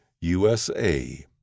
USA